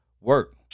work